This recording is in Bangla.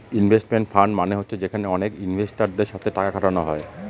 ইনভেস্টমেন্ট ফান্ড মানে হচ্ছে যেখানে অনেক ইনভেস্টারদের সাথে টাকা খাটানো হয়